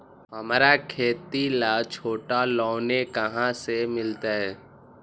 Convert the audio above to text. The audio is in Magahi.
हमरा खेती ला छोटा लोने कहाँ से मिलतै?